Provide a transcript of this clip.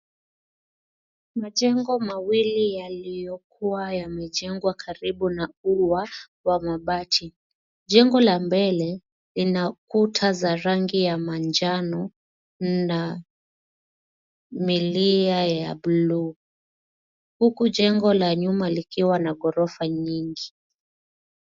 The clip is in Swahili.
Majengo mawili yaliyokuwa yamejengwa karibu na ua wa mabati. Jengo la mbele lina kuta za rangi ya manjano na milia ya bluu, huku jengo la nyuma likiwa na ghorofa nyingi.